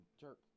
jerk